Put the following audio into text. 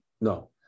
no